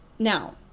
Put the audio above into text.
Now